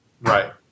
Right